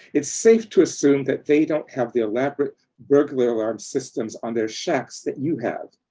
it's safe to assume that they don't have the elaborate burglar alarm systems on their shacks that you have.